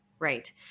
Right